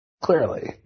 Clearly